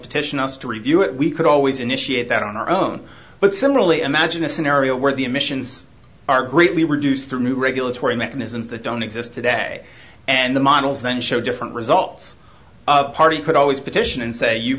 petition us to review it we could always initiate that on our own but similarly imagine a scenario where the emissions are greatly reduced through new regulatory mechanisms that don't exist today and the models then show different results party could always petition and say you